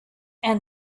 and